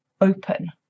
open